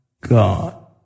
God